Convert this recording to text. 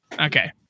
Okay